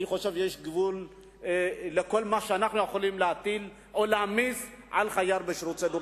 יש גבול לכל מה שאנחנו יכולים להטיל או להעמיס על חייל בשירות סדיר.